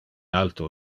alto